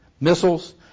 missiles